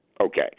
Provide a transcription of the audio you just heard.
Okay